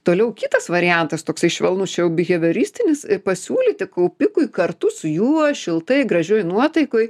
toliau kitas variantas toksai švelnus čia jau biheviristinis pasiūlyti kaupikui kartu su juo šiltai gražioj nuotaikoj